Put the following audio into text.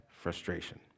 frustration